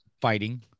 Fighting